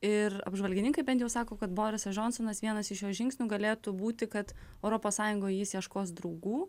ir apžvalgininkai bent jau sako kad borisas džonsonas vienas iš jo žingsnių galėtų būti kad europos sąjungoj jis ieškos draugų